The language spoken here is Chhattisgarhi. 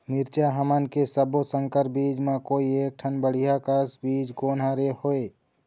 मिरचा हमन के सब्बो संकर बीज म कोई एक ठन बढ़िया कस बीज कोन हर होए?